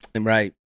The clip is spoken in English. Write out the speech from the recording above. right